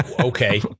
okay